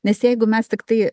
nes jeigu mes tiktai